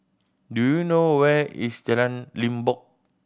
do you know where is Jalan Limbok